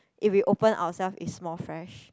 if we open ourselves is more fresh